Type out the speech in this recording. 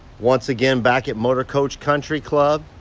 once again back at motorcoach country club.